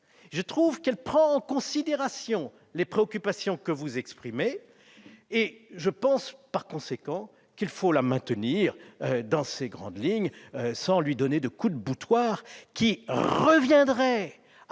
faite. Elle prend en considération les préoccupations que vous exprimez. Je pense, par conséquent, qu'il faut la maintenir dans ses grandes lignes, sans lui donner de coups de boutoir, ce qui reviendrait à